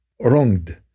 wronged